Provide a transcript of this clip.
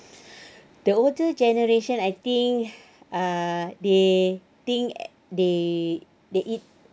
the older generation I think uh they think think they eat